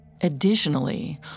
Additionally